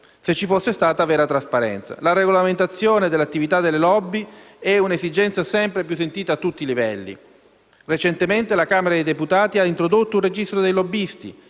se ci fosse stata vera trasparenza. La regolamentazione dell'attività delle *lobby* è una esigenza sempre più sentita a tutti i livelli. Recentemente la Camera dei deputati ha introdotto un registro dei lobbisti